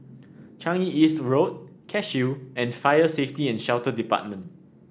Changi East Road Cashew and Fire Safety and Shelter Department